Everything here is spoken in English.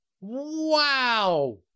Wow